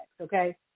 okay